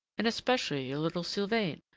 and especially your little sylvain,